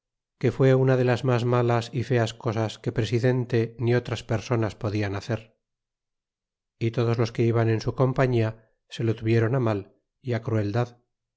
que fue una de las mas malas e feas cosas que presidente ni otras personas podian hacer y todos los que iban en su compañía se lo tuvieron mal crueldad